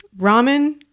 ramen